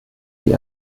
die